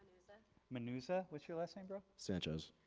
menusa. what's your last name bro? sanchez.